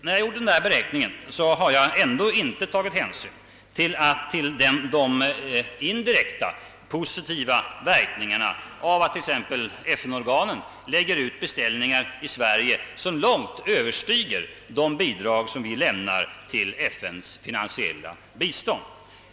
När jag gjorde denna beräkning har jag ändå inte tagit hänsyn till de indirekta positiva verkningarna av att t.ex. FN-organen lägger ut beställningar i Sverige som långt överskrider de bidrag som vi lämnar till FN:s finansiella bistånd.